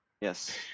Yes